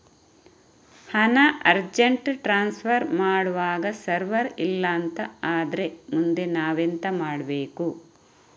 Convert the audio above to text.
ಹಣ urgent transfer ಮಾಡ್ವಾಗ server ಇಲ್ಲಾಂತ ಆದ್ರೆ ಮುಂದೆ ನಾವೆಂತ ಮಾಡ್ಬೇಕು?